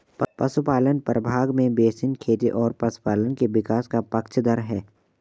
पशुपालन प्रभाव में बेसिन खेती और पशुपालन के विकास का पक्षधर है